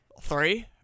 Three